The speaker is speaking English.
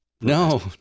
No